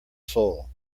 soul